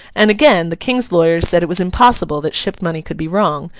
and again the king's lawyers said it was impossible that ship money could be wrong,